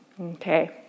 Okay